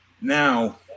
now